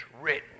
written